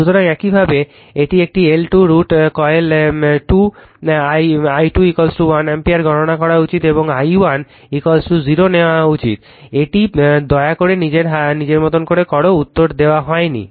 সুতরাং একইভাবে এই একটি L2 √ কয়েল 2 i2 1 অ্যাম্পিয়ার গণনা করা উচিত এবং i1 0 নেওয়া উচিত এটি দয়া করে নিজের মতো করো উত্তর দেওয়া হয়নি